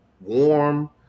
warm